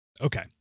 Okay